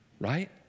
right